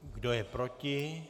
Kdo je proti?